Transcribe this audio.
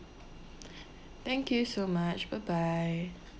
thank you so much bye bye